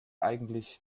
eigentlich